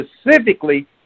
specifically